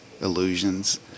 illusions